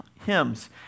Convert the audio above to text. hymns